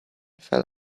fell